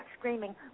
screaming